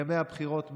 ימי הבחירות מתקרבים.